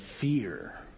fear